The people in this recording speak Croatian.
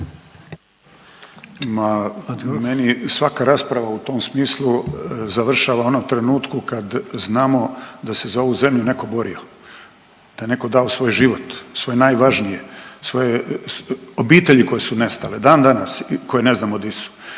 meni svaka rasprava u tom smislu završava onog trenutku kad znamo da se za ovu zemlju netko borio, da je netko dao svoj život, svoje najvažnije, svoje obitelji koje su nestale, dandanas koje ne znamo di su.